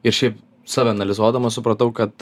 ir šiaip save analizuodamas supratau kad